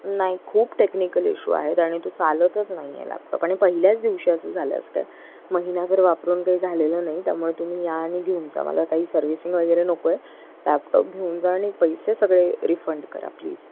नाही खूप technical issue आहेत आणि तो चालतच नाही आहे लॅपटॉप आणि पहिल्याच दिवशी असं झालं महिनाभर वापरुन काही झालेलं नाही त्यामुळे तुम्ही या आणि घेऊन जा आम्हाला काही सर्विसिंग वगैरे नको आहे लॅपटॉप घेऊन जा आणि पैसे सगळे रिफंड करा प्लीज